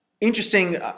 Interesting